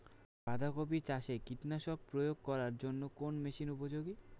বাঁধা কপি চাষে কীটনাশক প্রয়োগ করার জন্য কোন মেশিন উপযোগী?